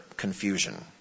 Confusion